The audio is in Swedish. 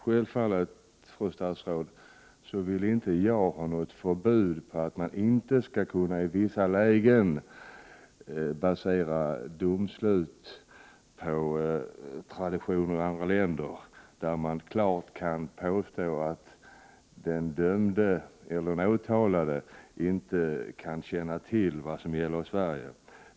Självfallet, fru statsråd, vill jag inte ha något förbud mot att man i vissa lägen baserar domslut på traditioner i andra länder, när man klart kan påvisa att den åtalade inte kan känna till vad som gäller i Sverige.